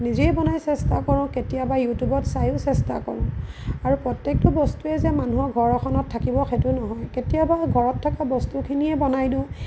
নিজেই বনাই চেষ্টা কৰোঁ কেতিয়াবা ইউটিউবত চায়ো চেষ্টা কৰোঁ আৰু প্ৰত্যেকটো বস্তুৱে যে মানুহৰ ঘৰ এখনত থাকিব সেইটো নহয় কেতিয়াবা ঘৰত থকা বস্তুখিনিয়েই বনাই দিওঁ